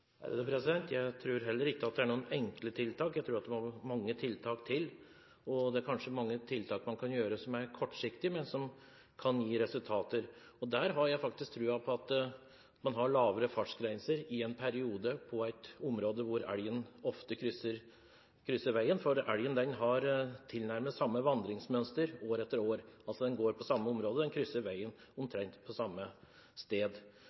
Jeg tror heller ikke at det er noen enkle tiltak. Jeg tror at det må mange tiltak til, og det er kanskje mange tiltak man kan gjøre som er kortsiktige, men som kan gi resultater. Jeg har tro på å ha lavere fartsgrenser i en periode i områder hvor elgen ofte krysser veien. Elgen har tilnærmet samme vandringsmønster år etter år. Den går i det samme området og krysser veien på omtrent samme sted,